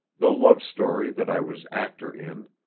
the love-story that i was actor in,